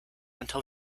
until